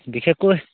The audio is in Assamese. বিশেষকৈ